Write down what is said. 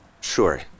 sure